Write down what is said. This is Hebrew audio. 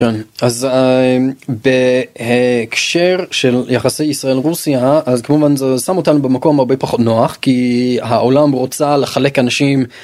אז בהקשר של יחסי ישראל-רוסיה, אז כמובן זה שם אותנו במקום הרבה פחות נוח כי העולם רוצה לחלק אנשים.